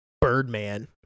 Birdman